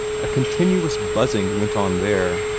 a continuous buzzing went on there,